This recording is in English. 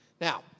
Now